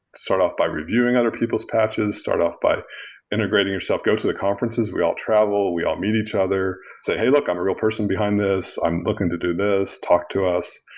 start off by reviewing other people's patches. start off by integrating yourself, go to the conferences. we all travel. we all meet each other. say, hey, look. i'm a real person behind this. i'm looking to do this. talk to us,